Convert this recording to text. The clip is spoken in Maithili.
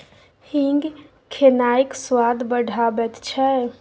हींग खेनाइक स्वाद बढ़ाबैत छै